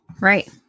right